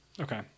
okay